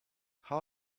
how